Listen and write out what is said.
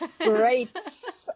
Great